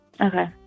Okay